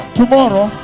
tomorrow